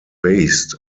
based